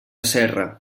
serra